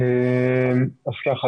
אז ככה,